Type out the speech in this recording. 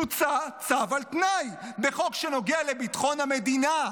הוצא צו על תנאי בחוק שנוגע לביטחון המדינה.